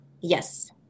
yes